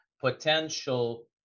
potential